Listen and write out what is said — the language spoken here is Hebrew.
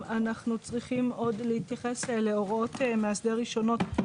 אנחנו צריכים עוד להתייחס להוראות מאסדר ראשונות.